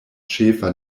ĉefa